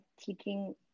teaching